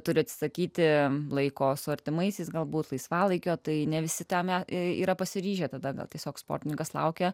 turi atsisakyti laiko su artimaisiais galbūt laisvalaikio tai ne visi tame yra pasiryžę tada tiesiog sportininkas laukia